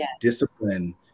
discipline